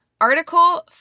Article